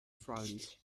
front